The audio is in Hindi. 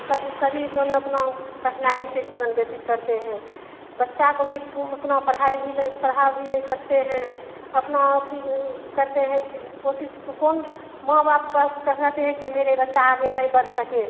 सब सभी कौन अपना कठिनाई से जीवन व्यतीत करते हैं बच्चा को भी उतना पढ़ाई भी नइ पढ़ा भी नइ सकते हैं अपना अथि करते हैं कोसिस कोन माँ बाप कहलाते हैं कि मेरे बच्चा आगे नहीं बढ़ सके